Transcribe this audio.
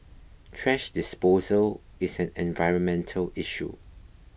thrash disposal is an environmental issue